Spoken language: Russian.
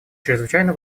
чрезвычайно